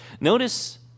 Notice